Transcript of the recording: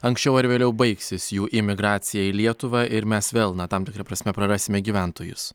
anksčiau ar vėliau baigsis jų imigracija į lietuvą ir mes vėl na tam tikra prasme prarasime gyventojus